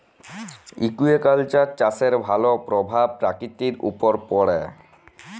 aquaculture চাষের ভালো পরভাব পরকিতির উপরে পড়ে